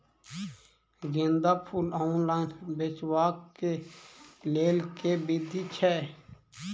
गेंदा फूल ऑनलाइन बेचबाक केँ लेल केँ विधि छैय?